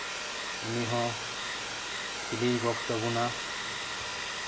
ᱩᱱᱤ ᱦᱚᱸ ᱴᱷᱤᱞᱤᱭ ᱜᱚᱜᱽ ᱛᱟᱵᱚᱱᱟ